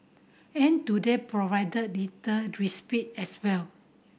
and today provided little respite as well